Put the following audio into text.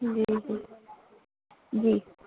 جی جی جی